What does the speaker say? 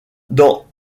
dans